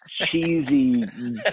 cheesy